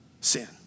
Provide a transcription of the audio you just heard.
sin